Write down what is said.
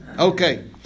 Okay